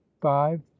five